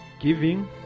giving